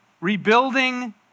Rebuilding